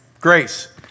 Grace